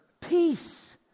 peace